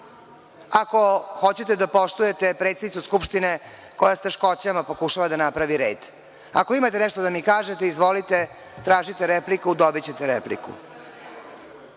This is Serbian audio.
ako hoćete da poštujete predsednicu skupštine, koja sa teškoćama pokušava da napravi red. Ako imate nešto da mi kažete, izvolite tražite repliku, dobićete repliku. Mogu